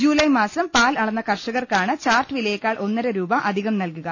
ജൂലായ് മാസം പാൽ അളന്ന കർഷകർക്കാണ് ചാർട്ട് വിലയേക്കാൾ ഒന്നര രൂപ അധികം നൽകുക